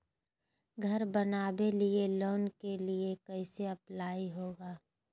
घर बनावे लिय लोन के लिए कैसे अप्लाई होगा?